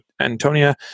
Antonia